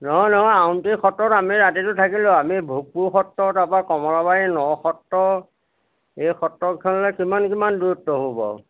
নহয় নহয় আউনীআটী সত্ৰত আমি ৰাতিটো থাকিলোঁ আমি ভোগপুৰ সত্ৰ তাৰপা কমলাবাৰী ন সত্ৰ এই সত্ৰকিখনলে কিমান কিমান দূৰত্ব হ'ব বাৰু